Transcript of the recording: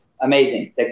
Amazing